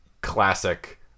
classic